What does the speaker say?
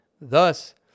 Thus